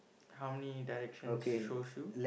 how many directions shows you